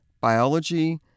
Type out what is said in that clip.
biology